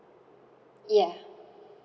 yeah